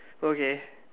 okay